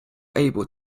able